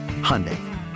Hyundai